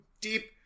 deep